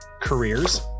careers